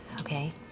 Okay